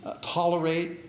tolerate